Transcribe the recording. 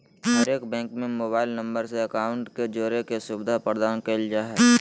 हरेक बैंक में mobile number से अकाउंट के जोड़े के सुविधा प्रदान कईल जा हइ